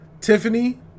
Tiffany